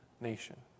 nation